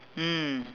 mm